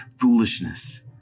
foolishness